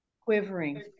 Quivering